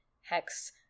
hex